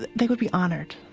they would be honored